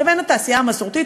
לבין התעשייה המסורתית,